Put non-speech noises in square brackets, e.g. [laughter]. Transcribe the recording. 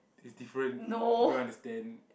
it's different [noise] you don't understand